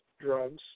drugs